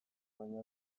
baino